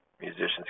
musicians